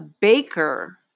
baker